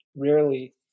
rarely